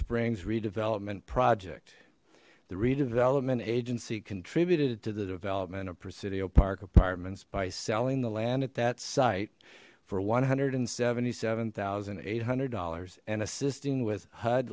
springs redevelopment project the redevelopment agency contributed it to the development of presidio park apartments by selling the land at that site for one hundred and seventy seven thousand eight hundred dollars and assisting with h